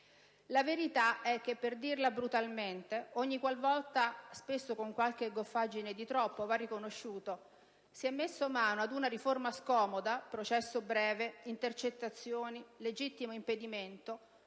La verità è che, per dirla brutalmente, ogniqualvolta - spesso con qualche goffaggine di troppo, va riconosciuto - si è messo mano ad una riforma scomoda (processo breve, intercettazioni, legittimo impedimento),